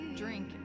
drink